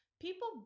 People